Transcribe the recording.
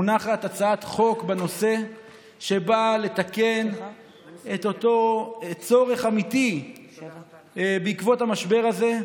מונחת הצעת חוק בנושא שבאה לתקן את אותו צורך אמיתי בעקבות המשבר הזה.